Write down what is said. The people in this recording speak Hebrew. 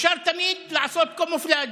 אפשר תמיד לעשות קומופלאז',